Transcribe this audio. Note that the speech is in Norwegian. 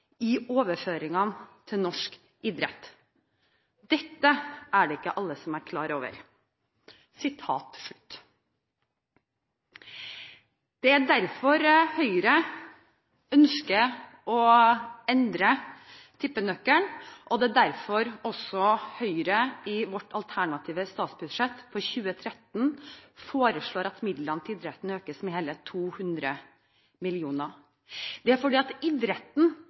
i overføringen til norsk idrett. Det er det ikke alle som er klar over.» Det er derfor Høyre ønsker å endre tippenøkkelen, og det er derfor Høyre i sitt alternative statsbudsjett for 2013 foreslår at midlene til idretten økes med hele 200 mill. kr. Det er fordi idretten frykter en reell nedgang i 2013 at